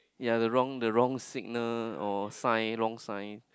yea the wrong the wrong signal or sign wrong sign